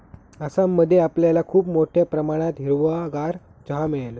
आसाम मध्ये आपल्याला खूप मोठ्या प्रमाणात हिरवागार चहा मिळेल